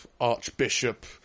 archbishop